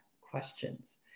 questions